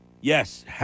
yes